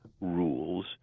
rules